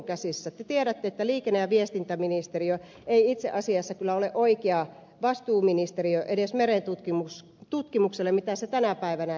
te tiedätte että liikenne ja viestintäministeriö ei itse asiassa kyllä ole oikea vastuuministeriö edes merentutkimukselle niin kuin on tänä päivänä